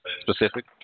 specific